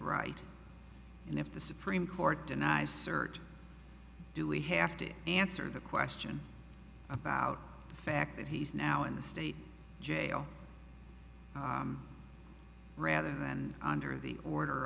right and if the supreme court denies cert do we have to answer the question about the fact that he's now in the state jail rather than under the order